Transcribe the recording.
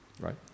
right